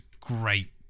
great